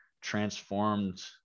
transformed